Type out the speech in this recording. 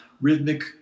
rhythmic